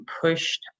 pushed